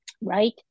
right